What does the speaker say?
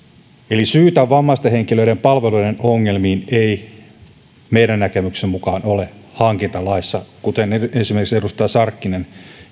näihin vammaisten henkilöiden palvelujen ongelmiin ei meidän näkemyksemme mukaan ole hankintalaissa kuten esimerkiksi edustaja sarkkinen